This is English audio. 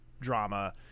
drama